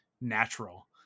natural